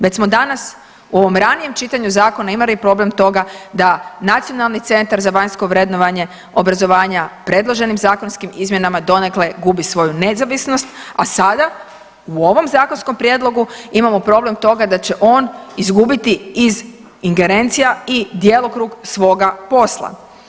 Već smo danas u ovom ranijem čitanju zakona imali problem toga da Nacionalni centar za vanjsko vrednovanje obrazovanja predloženim zakonskim izmjenama donekle gubi svoju nezavisnost, a sada u ovom zakonskom prijedlogu imamo problem toga da će on izgubiti iz ingerencija i djelokrug svoga posla.